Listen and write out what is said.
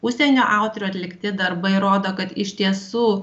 užsienio autorių atlikti darbai rodo kad iš tiesų